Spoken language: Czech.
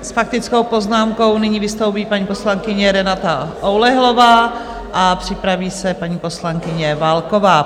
S faktickou poznámkou nyní vystoupí paní poslankyně Renata Oulehlová a připraví se paní poslankyně Válková.